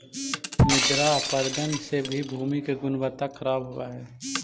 मृदा अपरदन से भी भूमि की गुणवत्ता खराब होव हई